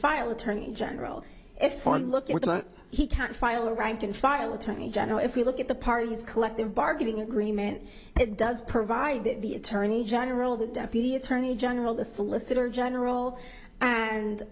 file attorney general if one look at what he can't file rank and file attorney general if you look at the parties collective bargaining agreement it does provide the attorney general the deputy attorney general the solicitor general and